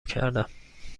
کردم